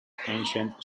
ancient